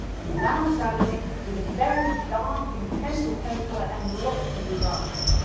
a loud dynamic with a very dark, intense tone-colour and lots of vibrato